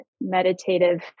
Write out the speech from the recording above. meditative